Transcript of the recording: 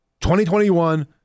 2021